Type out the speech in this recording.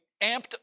amped